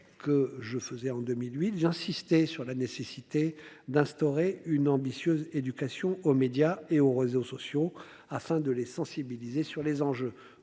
que je faisais en 2008 j'insisté sur la nécessité d'instaurer une ambitieuse éducation aux médias et aux réseaux sociaux afin de les sensibiliser sur les enjeux